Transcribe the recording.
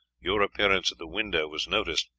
your appearance at the window was noticed,